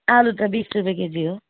आलु त बिस रुपियाँ केजी हो